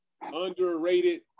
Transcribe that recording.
Underrated